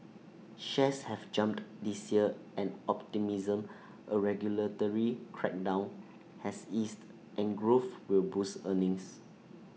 shares have jumped this year on optimism A regulatory crackdown has eased and growth will boost earnings